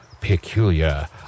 peculiar